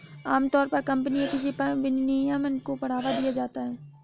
आमतौर पर कम्पनी या किसी फर्म में विनियमन को बढ़ावा दिया जाता है